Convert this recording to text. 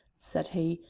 said he,